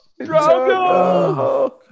Drago